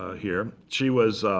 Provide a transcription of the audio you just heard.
ah here. she was